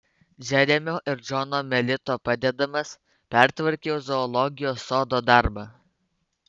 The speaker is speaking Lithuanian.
džeremio ir džono melito padedamas pertvarkiau zoologijos sodo darbą